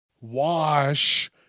Wash